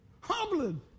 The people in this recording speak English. humbling